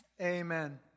amen